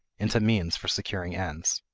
into means for securing ends.